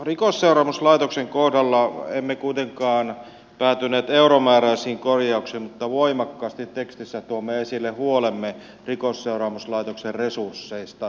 rikosseuraamuslaitoksen kohdalla emme kuitenkaan päätyneet euromääräisiin korjauksiin mutta voimakkaasti tekstissä tuomme esille huolemme rikosseuraamuslaitoksen resursseista